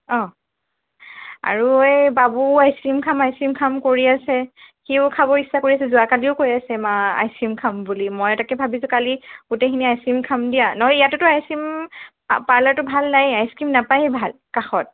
অঁ আৰু এই বাবু আইচ ক্ৰীম খাম আইচ ক্ৰীম খাম কৰি আছে সিওঁ খাব ইচ্ছা কৰি আছে যোৱা কালিও কৈ আছে মাঁ আইচ ক্ৰীম খাম বুলি মই তাকে ভাৱিছোঁ কালি গোটেই খিনি আইচ ক্ৰীম খাম দিয়া নহ'লে ইয়াতেটো আইচ ক্ৰীম পাৰ্লাৰটো ভাল নাইয়ে আইচ ক্ৰীম নাপায়ে ভাল কাষত